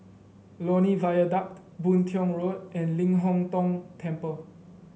Lornie Viaduct Boon Tiong Road and Ling Hong Tong Temple